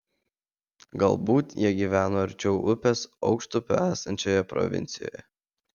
galbūt jie gyveno arčiau upės aukštupio esančioje provincijoje